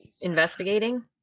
investigating